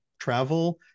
travel